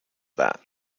that